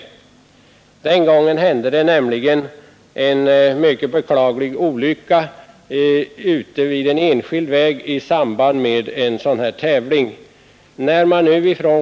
Då hade det nämligen inträffat en mycket beklaglig olycka ute vid en enskild väg i samband med en sådan tävling.